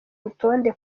rutonde